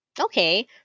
Okay